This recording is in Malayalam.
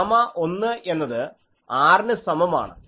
ഗാമ 1 എന്നത് R ന് സമമാണ്